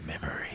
memory